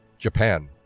japan